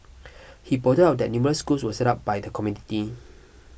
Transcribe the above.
he pointed out that numerous schools were set up by the community